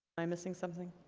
i'm missing something